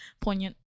poignant